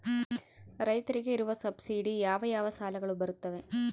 ರೈತರಿಗೆ ಇರುವ ಸಬ್ಸಿಡಿ ಯಾವ ಯಾವ ಸಾಲಗಳು ಬರುತ್ತವೆ?